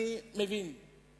אדוני היושב-ראש,